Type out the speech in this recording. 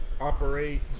operate